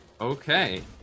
Okay